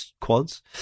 quads